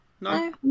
No